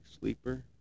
Sleeper